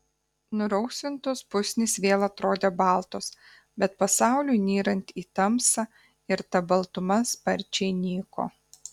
nurausvintos pusnys vėl atrodė baltos bet pasauliui nyrant į tamsą ir ta baltuma sparčiai nyko